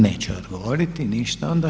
Neće odgovoriti, ništa onda.